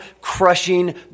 crushing